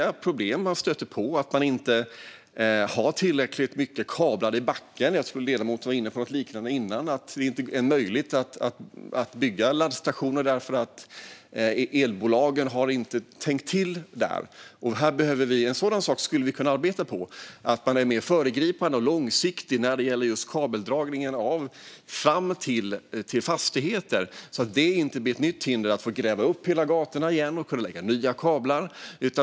Ett problem som man stöter på är att det inte finns tillräckligt mycket kablar i backen. Jag tror att ledamoten var inne på något liknande. Det är inte möjligt att bygga laddstationer, eftersom elbolagen inte har tänkt till där. Detta är en sak vi skulle kunna arbeta på, så att man blir mer föregripande och långsiktig när det gäller kabeldragning fram till fastigheter. Det blir ett nytt hinder om man ska gräva upp gatorna igen för att lägga nya kablar.